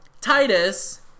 Titus